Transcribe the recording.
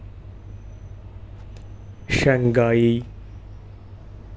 Shanghai